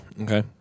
Okay